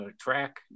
track